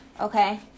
Okay